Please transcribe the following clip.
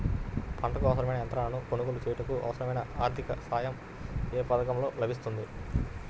పంటకు అవసరమైన యంత్రాలను కొనగోలు చేయుటకు, అవసరమైన ఆర్థిక సాయం యే పథకంలో లభిస్తుంది?